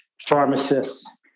pharmacists